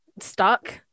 stuck